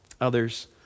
others